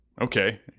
Okay